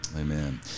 Amen